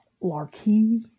Larkey